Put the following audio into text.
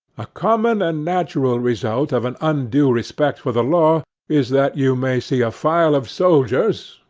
a common and natural result of an undue respect for the law is, that you may see a file of soldiers,